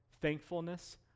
thankfulness